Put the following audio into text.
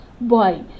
Boy